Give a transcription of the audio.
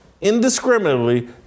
indiscriminately